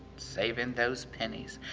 saving those pennies,